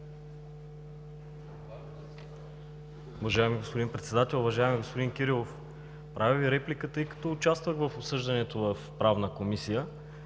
Уважаеми господин Председател, уважаеми господин Кирилов! Правя Ви реплика, тъй като участвах в обсъждането в Правната комисия